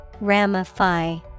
Ramify